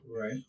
Right